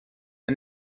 and